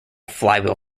flywheel